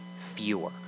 fewer